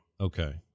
Okay